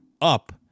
up